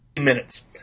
minutes